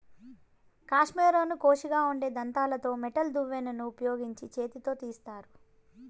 కష్మెరెను కోషిగా ఉండే దంతాలతో మెటల్ దువ్వెనను ఉపయోగించి చేతితో తీస్తారు